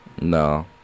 No